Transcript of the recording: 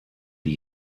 die